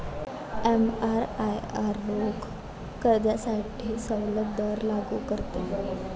एमआरआयआर रोख कर्जासाठी सवलत दर लागू करते